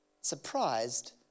surprised